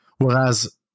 Whereas